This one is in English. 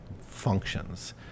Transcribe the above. functions